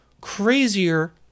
crazier